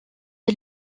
est